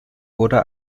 wurde